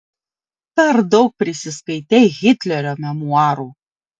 per daug prisiskaitei hitlerio memuarų